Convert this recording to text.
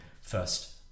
first